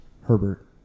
Herbert